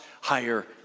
higher